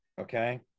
Okay